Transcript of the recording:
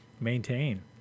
maintain